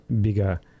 bigger